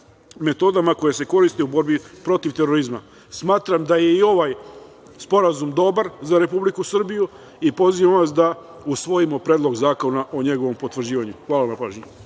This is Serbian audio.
metodama koje se koriste u borbi protiv terorizma. Smatram da je i ovaj sporazum dobar za Republiku Srbiju i pozivam vas da usvojimo Predloga zakona o njegovom potvrđivanju. Hvala na pažnji.